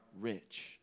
rich